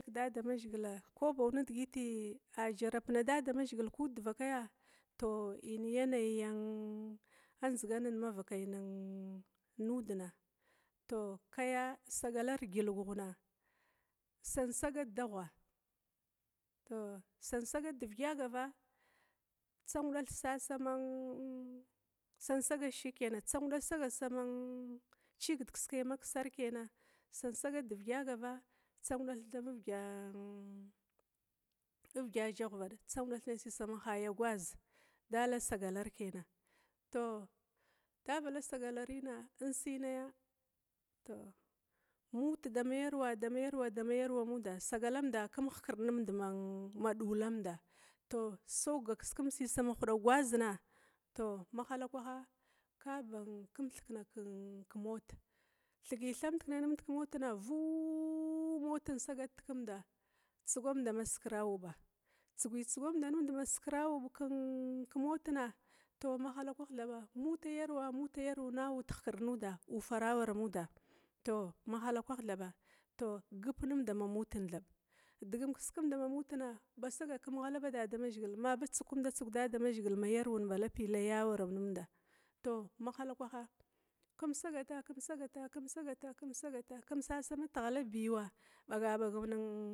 Kedadamazhigila ko bau nidigiti a jarabna damazhigil kud divakay, tou in yanayan adziganin mavakaya nudana, kaya sagalar delgaghna, sansagat daghua tou sansaga deviga gava tsaundath sasaman, sansaga dishig kena tsaundath kiskai dama viga jaghvada, tsaundath nai sai sama haya gwaza dala sagalar kena tou davala sagalarina, in si naya tou mut dama yarwa dama yarwa muda, sagalamda kum ihkird numda ma dulamda bazkisikimd si sama huda gwazina, kaba kum thikna kemot, thigithamdkina numd kemotna kaba vuuuu moten sagat dekimda, tsugwamda ma aski-uba, tsugwi tsugwamda nimd ma askira-uba kemotna, mahalakwah thaba muta yarwa muta yarwa na uud ihkirda nuda awaramuda, tou mahalakwah thaba gi, numd dama mooten thaba, digum kiskumd dama mutna ba ghala damazhigil ma tsug kumda tsug damazhigil ba lapi ma yarwa awaramumda mahalakwaha, kum sagata, kum sagata, kum sagata, kum sasa sama tighala biu baga bag ninn.